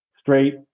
straight